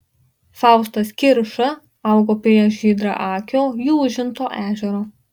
faustas kirša augo prie žydraakio jūžinto ežero